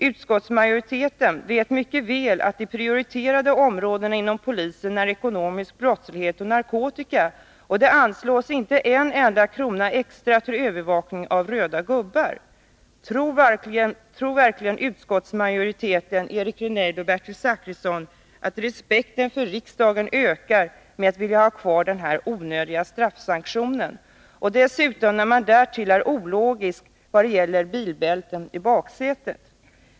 Utskottsmajoriteten vet mycket väl att de prioriterade områdena inom polisen är kampen mot ekonomisk brottslighet och narkotikabrott och att det inte anslås en enda krona extra till övervakning av röda gubbar. Tror verkligen utskottsmajoriteten, Eric Rejdnell och Bertil Zachrisson, att respekten för riksdagen ökar med att vilja ha kvar denna onödiga straffsanktion? Därtill är utskottsmajoriteten ologisk när det gäller bilbälten i baksätet.